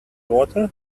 water